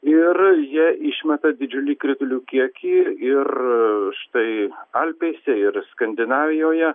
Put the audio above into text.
ir jie išmeta didžiulį kritulių kiekį ir štai alpėse ir skandinavijoje